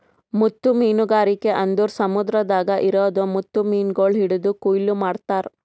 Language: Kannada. ಮುತ್ತು ಮೀನಗಾರಿಕೆ ಅಂದುರ್ ಸಮುದ್ರದಾಗ್ ಇರದ್ ಮುತ್ತು ಮೀನಗೊಳ್ ಹಿಡಿದು ಕೊಯ್ಲು ಮಾಡ್ತಾರ್